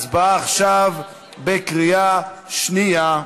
הצבעה בקריאה שנייה.